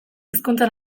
hizkuntza